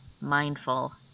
mindful